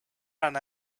ran